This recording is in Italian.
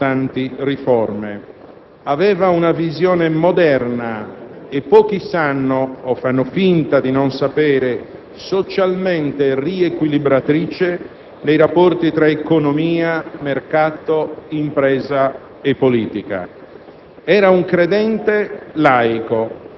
che ha dato all'Italia molte ed importanti riforme. Fanfani aveva una visione moderna e, pochi sanno o fanno finta di non sapere, socialmente riequilibratrice nei rapporti tra economia, mercato, impresa e politica.